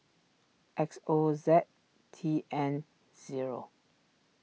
X O Z T N zero